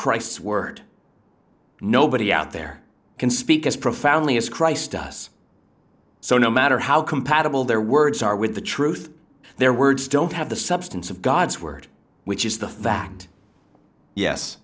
christ's word nobody out there can speak as profoundly as christ to us so no matter how compatible their words are with the truth their words don't have the substance of god's word which is the fact yes